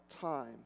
time